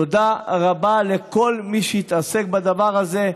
תודה רבה לכל מי שהתעסק בדבר הזה,